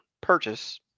purchase